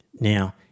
Now